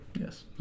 Yes